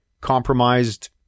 compromised